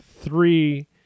Three